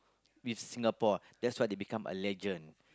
with Singapore that's why they become a legend